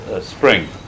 Spring